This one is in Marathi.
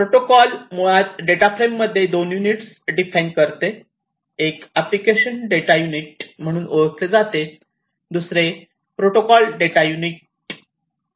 प्रोटोकॉल मुळात डेटा फ्रेममध्ये दोन युनिट्स डिफाईन करते एक अॅप्लिकेशन डेटा युनिट म्हणून ओळखले जाते दुसरे प्रोटोकॉल डेटा युनिट